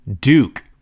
Duke